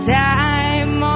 time